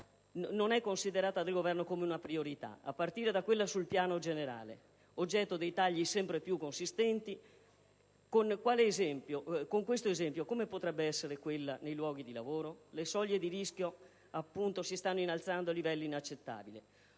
non è considerata dal Governo come una priorità: a partire da quella sul piano generale è oggetto di tagli sempre più consistenti. Con questo esempio come potrebbe essere quella nei luoghi di lavoro? Le soglie di rischio si stanno innalzando a livelli inaccettabili.